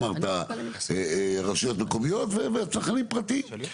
אמרת רשויות מקומיות וצרכנים פרטיים.